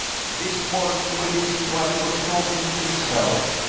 this morning we listened while he was talking to himself.